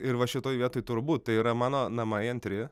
ir va šitoj vietoj turbūt tai yra mano namai antri